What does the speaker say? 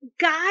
guys